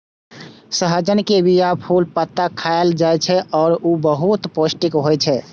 सहजन के बीया, फूल, पत्ता खाएल जाइ छै आ ऊ बहुत पौष्टिक होइ छै